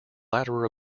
latter